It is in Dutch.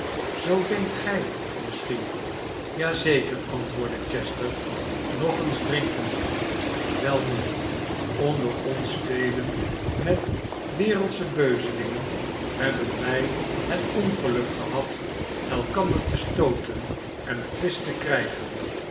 zoo denkt gij misschien ja zeker antwoordde chester nog eens drinkende welnu onder onsspelen met wereldsche beuzelingen hebben wij het ongeluk gehad elkander te stooten en twist te krijgen